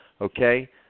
okay